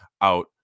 out